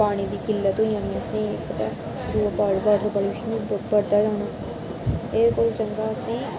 पानी दी किल्लत होई जानी असेंगी पता ऐ बाटर पलुशन बधदा जाना एह् कोई चंगा असेंगी